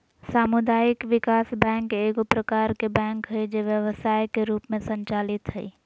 सामुदायिक विकास बैंक एगो प्रकार के बैंक हइ जे व्यवसाय के रूप में संचालित हइ